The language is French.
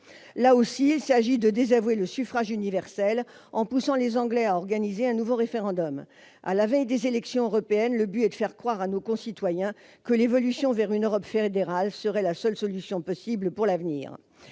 Là aussi, il s'agit de désavouer le suffrage universel en poussant les Anglais à organiser un nouveau référendum. À la veille des élections européennes, le but est de faire croire à nos concitoyens que l'évolution vers une Europe fédérale serait la seule solution possible pour l'avenir.